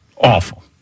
Awful